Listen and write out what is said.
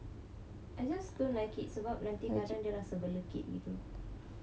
I just don't like it sebab nanti kadang dia rasa melekit tu